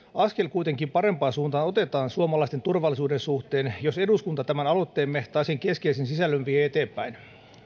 kuitenkin askel parempaan suuntaan otetaan suomalaisten turvallisuuden suhteen jos eduskunta tämän aloitteemme tai sen keskeisen sisällön vie eteenpäin